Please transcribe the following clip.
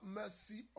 mercy